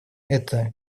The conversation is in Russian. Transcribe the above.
это